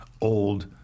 old